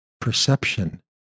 perception